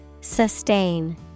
Sustain